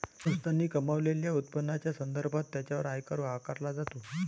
संस्थांनी कमावलेल्या उत्पन्नाच्या संदर्भात त्यांच्यावर आयकर आकारला जातो